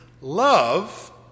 love